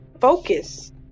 Focus